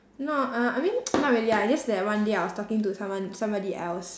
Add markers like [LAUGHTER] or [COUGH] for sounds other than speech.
no uh I mean [NOISE] not really ah just that one day I was talking to someone somebody else